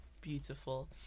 beautiful